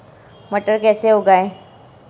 मटर कैसे उगाएं?